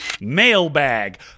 Mailbag